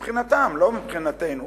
מבחינתם, לא מבחינתנו.